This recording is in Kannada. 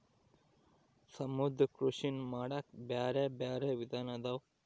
ಸಮುದ್ರ ಕೃಷಿನಾ ಮಾಡಾಕ ಬ್ಯಾರೆ ಬ್ಯಾರೆ ವಿಧಾನ ಅದಾವ